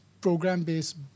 program-based